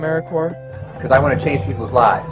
america or because i want to change people's lives